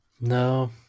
No